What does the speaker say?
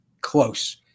close